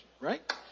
right